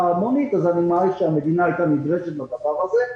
המונית אז המדינה הייתה נדרשת לדבר הזה.